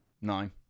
Nine